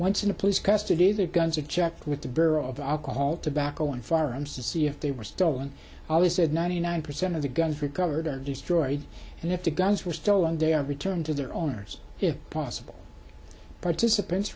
once in a police custody their guns are checked with the bureau of alcohol tobacco and firearms to see if they were stolen always said ninety nine percent of the guns recovered are destroyed and if the guns were stolen they are returned to their owners if possible participants